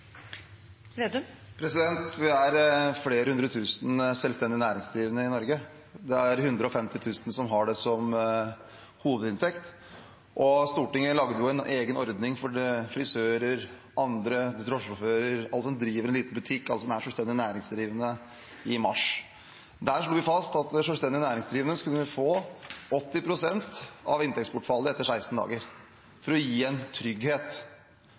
er flere hundre tusen selvstendig næringsdrivende i Norge. Det er 150 000 som har det som hovedinntekt. I mars lagde Stortinget en egen ordning for frisører, drosjesjåfører og andre – alle som driver en liten butikk, alle som er selvstendig næringsdrivende. Der slo vi fast at selvstendig næringsdrivende skulle få 80 pst. av inntektsbortfallet etter 16 dager, for å gi en trygghet